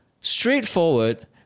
straightforward